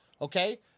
okay